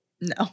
No